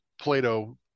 plato